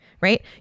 right